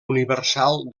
universal